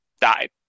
died